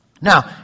Now